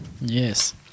Yes